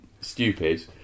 stupid